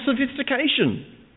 sophistication